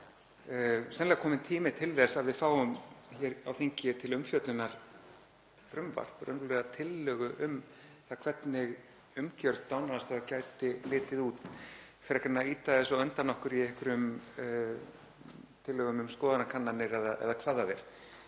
sennilega kominn tími til þess að við fáum hér á þingi til umfjöllunar frumvarp, raunverulega tillögu um það hvernig umgjörð dánaraðstoðar gæti litið út frekar en að ýta þessu á undan okkur í einhverjum tillögum um skoðanakannanir eða hvað það er.